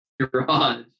garage